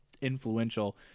influential